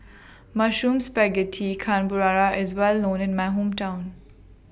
Mushroom Spaghetti Carbonara IS Well known in My Hometown